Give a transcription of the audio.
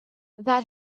that